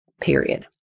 period